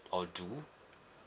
or do